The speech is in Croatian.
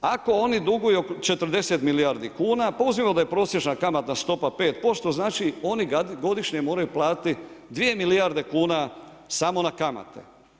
Ako oni duguju 40 milijardi kuna, pa uzmimo da je prosječna kamatna stopa 5% znači oni godišnje moraju platiti 2 milijarde kuna samo na kamate.